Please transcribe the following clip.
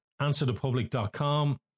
answerthepublic.com